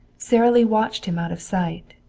sara lee watched him out of sight,